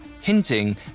hinting